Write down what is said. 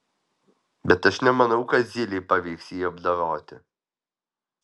bet aš nemanau kad zylei pavyks jį apdoroti